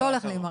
להימרח.